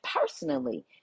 personally